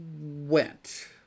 went